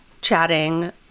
chatting